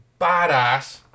badass